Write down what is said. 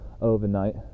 overnight